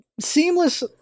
seamless